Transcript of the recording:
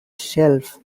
shelf